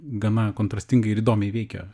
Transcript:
gana kontrastingai ir įdomiai veikia